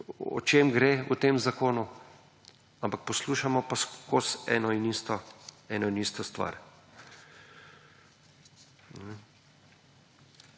o čem gre v tem zakonu, ampak poslušamo pa skozi eno in isto stvar.